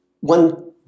One